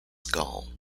skull